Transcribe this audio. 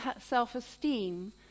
self-esteem